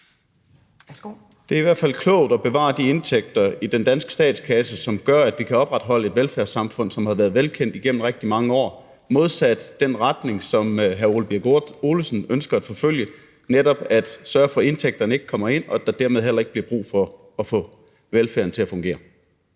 Det er i hvert fald klogt at bevare de indtægter i den danske statskasse, som gør, at vi kan opretholde et velfærdssamfund, som har været velkendt igennem rigtig mange år, modsat den retning, som hr. Ole Birk Olesen ønsker at forfølge: Netop at sørge for, at indtægterne ikke kommer ind, og at der dermed heller ikke bliver mulighed for at få velfærden til at fungere.